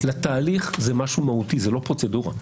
לתהליך זה משהו מהותי, זאת לא פרוצדורה.